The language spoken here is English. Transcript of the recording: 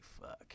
fuck